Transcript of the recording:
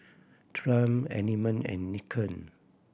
Triumph Element and Nikon